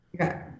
Okay